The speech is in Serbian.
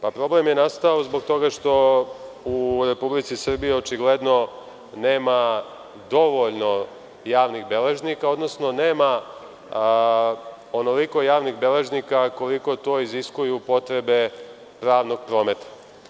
Problem je nastao zbog toga što u Republici Srbiji očigledno nema dovoljno javnih beležnika, odnosno nema onoliko javnih beležnika koliko to iziskuju potrebe pravnog prometa.